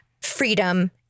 freedom